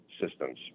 systems